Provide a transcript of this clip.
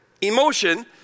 emotion